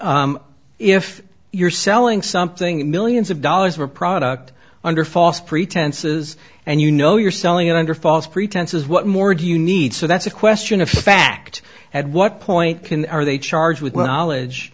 but if you're selling something millions of dollars for a product under false pretenses and you know you're selling it under false pretenses what more do you need so that's a question of fact at what point can are they charged with the knowledge